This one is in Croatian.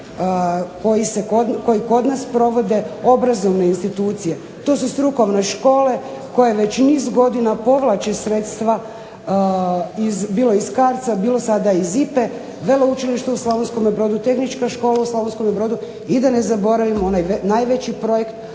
programe koji kod nas provode obrazovne institucije. To su strukovne škole koje već niz godina povlače sredstva bilo iz CARDS-a bilo iz IPA-e Veleučilište u Slavonskom brodu, Tehnička škola u Slavonskom brodu i da ne zaboravim onaj najveći projekt